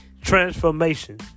Transformation